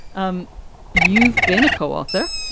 um you've been a co-author,